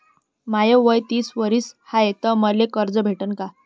माय वय तीस वरीस हाय तर मले कर्ज भेटन का?